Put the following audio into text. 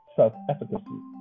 self-efficacy